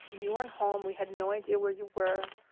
and you weren't home. we had no idea where you were.